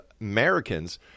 Americans